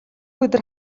өдөр